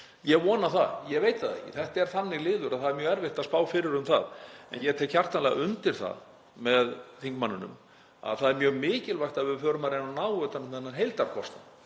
ég vona það en ég veit það ekki. Þetta er þannig liður að það er mjög erfitt að spá fyrir um það. En ég tek hjartanlega undir það með þingmanninum að það er mjög mikilvægt að við förum að reyna að ná utan um þennan heildarkostnað